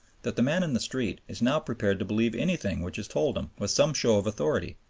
that the man in the street is now prepared to believe anything which is told him with some show of authority,